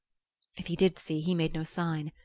if he did see, he made no sign.